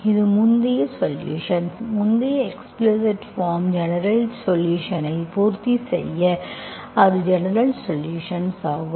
அது முந்தைய சொலுஷன்ஸ் முந்தைய எஸ்பிலீஸிட் பார்ம் ஜெனரல்சொலுஷன்ஸ்ஐ பூர்த்தி செய்ய இது ஜெனரல்சொலுஷன்ஸ் ஆகும்